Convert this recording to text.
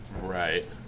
Right